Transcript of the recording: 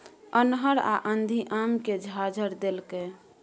अन्हर आ आंधी आम के झाईर देलकैय?